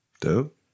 Dope